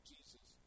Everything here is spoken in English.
Jesus